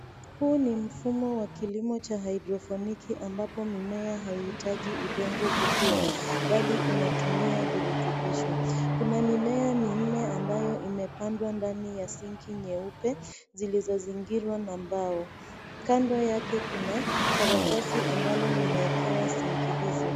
Huu ni mfumo wa kilimo cha[cs ] hydroponic [cs ] ambapo mimea haihitaji udongo kukua bali inatumia virutubisho. Kuna mimea minne ambayo imepandwa ndani ya [cs ] sinki nyeupe zilizo zingirwa na mbao. Kando yake kuna karatasi ambalo limeekewa [cs ] sinki [cs ] hizo.